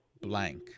blank